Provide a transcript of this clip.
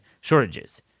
shortages